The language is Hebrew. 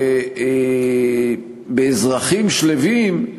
באזרחים שלווים,